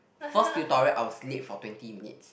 first tutorial I was late for twenty minutes